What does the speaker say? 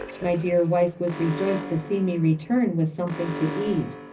my dear wife was rejoiced to see me return with something to eat.